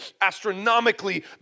astronomically